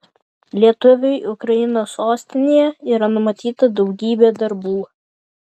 lietuviui ukrainos sostinėje yra numatyta daugybė darbų